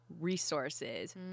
Resources